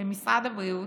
במשרד הבריאות,